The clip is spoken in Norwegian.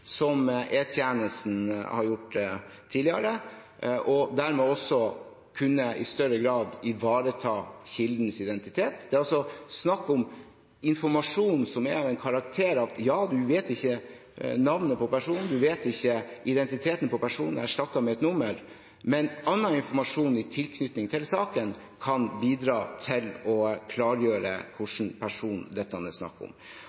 E-tjenesten tidligere har gjort, og dermed også i større grad har kunnet ivareta kildens identitet. Det er snakk om informasjon som er av den karakter at ja, man vet ikke navnet på personen, man vet ikke identiteten til personen – det er erstattet av et nummer – men annen informasjon i tilknytning til saken kan bidra til å klargjøre hvilken person det er snakk om.